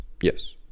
yes